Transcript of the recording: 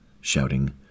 shouting